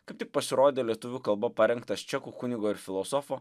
kaip tik pasirodė lietuvių kalba parengtas čekų kunigo ir filosofo